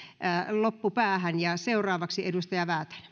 loppupäähän ja seuraavaksi edustaja väätäinen